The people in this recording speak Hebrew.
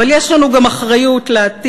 אבל יש לנו גם אחריות לעתיד,